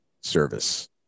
service